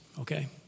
Okay